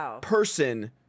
person